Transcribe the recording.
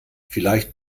vielleicht